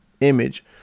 image